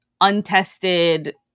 untested